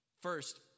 First